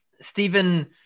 Stephen